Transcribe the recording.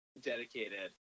dedicated